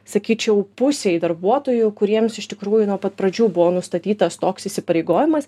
sakyčiau pusei darbuotojų kuriems iš tikrųjų nuo pat pradžių buvo nustatytas toks įsipareigojimas